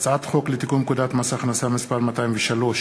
הצעת חוק לתיקון פקודת מס הכנסה (מס' 203),